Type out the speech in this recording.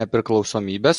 nepriklausomybės